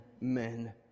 men